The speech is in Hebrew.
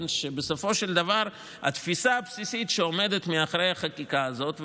שבסופו של דבר התפיסה הבסיסית שעומדת מאחורי החקיקה הזאת,